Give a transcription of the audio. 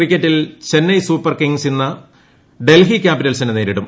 ക്രിക്കറ്റിൽ Chennai super kings ഇന്ന് ഡൽഹി ക്യാപിറ്റൽസിനെ നേരിടും